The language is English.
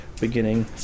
beginning